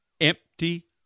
empty